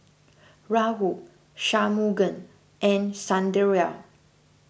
Rahul Shunmugam and Sunderlal